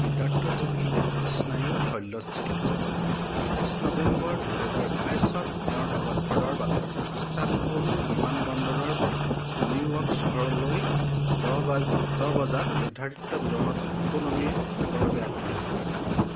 সিদ্ধাৰ্থ যোশী এজন স্নায়ু শল্য চিকিৎসক আঠাইছ নৱেম্বৰ দুহেজাৰ বাইছত তেওঁৰ অৱসৰৰ বাবে ইস্তানবুল বিমানবন্দৰৰপৰা নিউইয়ৰ্ক চহৰলৈ দহ বাজি দহ বজাত নিৰ্ধাৰিত বিমানত ইকনমিত যাবৰ বাবে আগ্ৰহী